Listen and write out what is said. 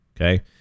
Okay